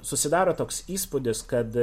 susidaro toks įspūdis kad